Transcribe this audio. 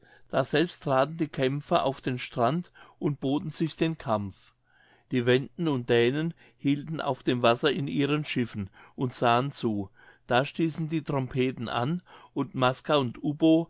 daselbst traten die kämpfer auf den strand und boten sich den kampf die wenden und dänen hielten auf dem wasser in ihren schiffen und sahen zu da stießen die trompeten an und maska und